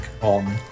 on